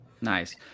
Nice